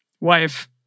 Wife